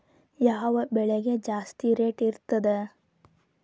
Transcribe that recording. ಯಾವ ಬೆಳಿಗೆ ಜಾಸ್ತಿ ರೇಟ್ ಇರ್ತದ?